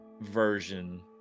version